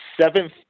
seventh